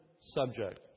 subject